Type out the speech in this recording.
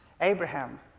Abraham